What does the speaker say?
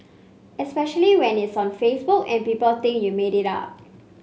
especially when it's on Facebook and people think you made it up